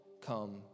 come